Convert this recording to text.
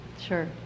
sure